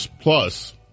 plus